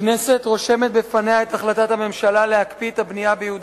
הכנסת רושמת בפניה את החלטת הממשלה להקפיא את הבנייה ביהודה